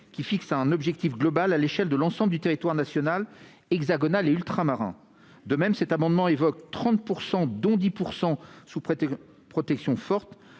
fixe un objectif global à l'échelle de l'ensemble du territoire national, hexagonal et ultramarin. De même, les dispositions de cet amendement évoquent 30 %« dont 10 % sous protection forte